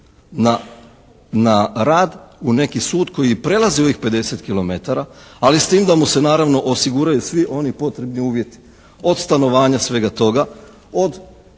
na rad u neki sud koji i prelazi ovih 50 kilometara, ali s tim da mu se naravno osiguraju svi oni potrebni uvjeti, od stanovanja, svega toga, od posebne